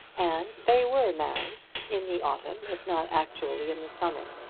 and they were married in the autumn, if not actually in the summer.